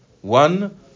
one